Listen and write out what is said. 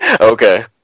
Okay